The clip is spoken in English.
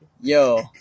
Yo